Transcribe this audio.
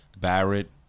Barrett